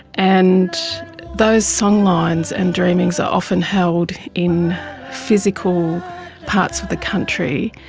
and those songlines and dreamings are often held in physical parts of the country,